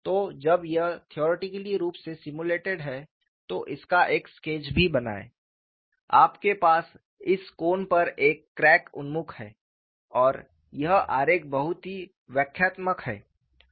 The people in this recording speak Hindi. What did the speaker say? तो जब यह थेओरेटिकली रूप से सिम्युलेटेड है तो इसका एक स्केच भी बनाएं आपके पास इस कोण पर एक क्रैक उन्मुख है और यह आरेख बहुत ही व्याख्यात्मक है